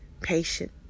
patient